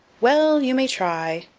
well, you may try.